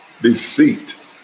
deceit